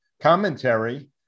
Commentary